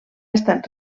estat